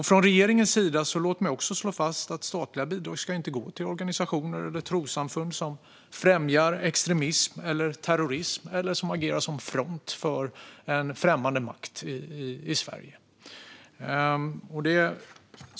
Från regeringen sida vill jag slå fast att statliga bidrag inte ska gå till organisationer eller trossamfund som främjar extremism eller terrorism eller som agerar som front för en främmande makt i Sverige.